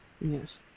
Yes